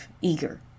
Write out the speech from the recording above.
Eager